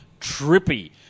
trippy